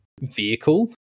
vehicle